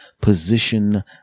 position